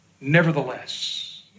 Nevertheless